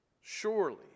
Surely